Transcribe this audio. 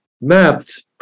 mapped